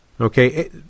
Okay